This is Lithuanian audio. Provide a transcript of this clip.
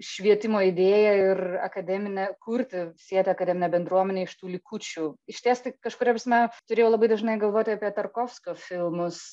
švietimo idėją ir akademinę kurti siet akademinę bendruomenę iš tų likučių išties tai kažkuria prasme turėjau labai dažnai galvoti apie tarkovskio filmus